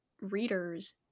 readers